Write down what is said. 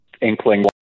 inkling